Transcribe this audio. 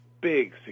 big